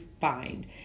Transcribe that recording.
find